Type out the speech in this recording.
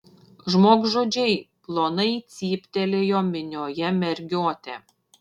žmogžudžiai plonai cyptelėjo minioje mergiotė